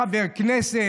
חבר כנסת,